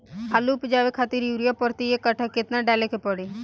आलू उपजावे खातिर यूरिया प्रति एक कट्ठा केतना डाले के पड़ी?